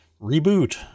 Reboot